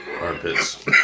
armpits